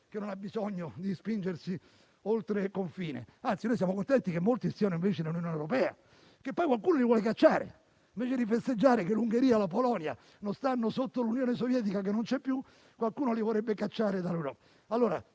che non ha bisogno di spingersi oltre confine. Anzi, noi siamo contenti che molti stiano invece nell'Unione europea, anche se poi, invece di festeggiare che l'Ungheria e la Polonia non stiano sotto l'Unione sovietica che non c'è più, qualcuno le vorrebbe cacciare dall'Europa.